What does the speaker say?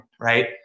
right